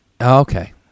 Okay